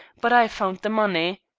but i found the money.